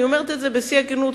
אני אומרת את זה בשיא הכנות.